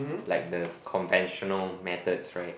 like the conventional methods right